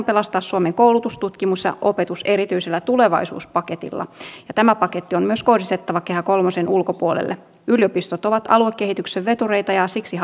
pelastaa suomen koulutus tutkimus ja opetus erityisellä tulevaisuuspaketilla ja tämä paketti on kohdistettava myös kehä kolmosen ulkopuolelle yliopistot ovat aluekehityksen vetureita ja siksi